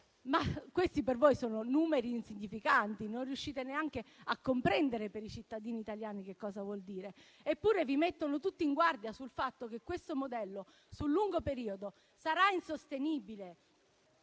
Ma questi per voi sono numeri insignificanti. Non riuscite neanche a comprendere per i cittadini italiani che cosa ciò voglia dire. Eppure, vi mettono tutti in guardia sul fatto che questo modello sul lungo periodo sarà insostenibile.